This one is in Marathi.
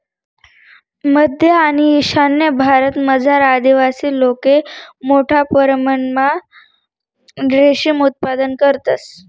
मध्य आणि ईशान्य भारतमझार आदिवासी लोके मोठा परमणमा रेशीम उत्पादन करतंस